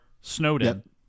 Snowden